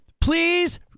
Please